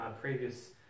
previous